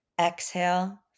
exhale